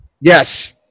Yes